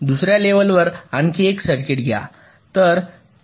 दुसर्या लेवलवर आणखी एक सर्किट घ्या